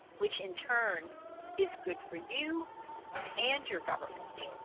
which in turn is good for you and your government?